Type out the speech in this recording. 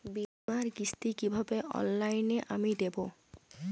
বীমার কিস্তি কিভাবে অনলাইনে আমি দেবো?